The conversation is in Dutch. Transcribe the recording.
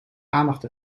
aandacht